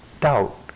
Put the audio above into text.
doubt